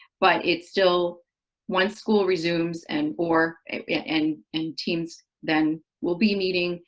but it's still once school resumes and or and and teams then will be meeting,